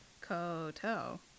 Koto